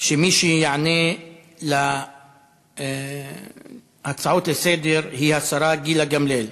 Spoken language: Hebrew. שמי שיענה על ההצעות לסדר-היום היא השרה גילה גמליאל.